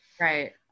right